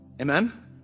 Amen